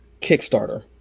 Kickstarter